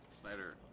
Snyder